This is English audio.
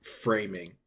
framing